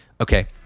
Okay